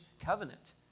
covenant